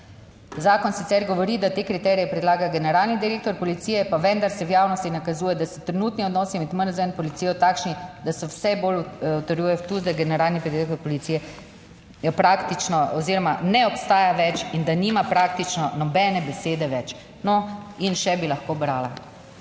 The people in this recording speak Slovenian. Zakon sicer govori, da te kriterije predlaga generalni direktor policije, pa vendar se v javnosti nakazuje, da so trenutni odnosi med MNZ in policijo takšni, da se vse bolj utrjuje tu, da generalni direktor policije je praktično oziroma ne obstaja več in da nima praktično nobene besede več. No, in še bi lahko brala.